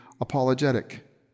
apologetic